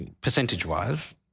percentage-wise